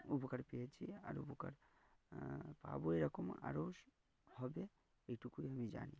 উপকার পেয়েছি আর উপকার পাবো এরকম আরও হবে এইটুকুই আমি জানি